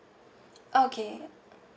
okay